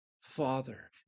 father